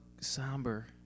somber